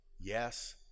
yes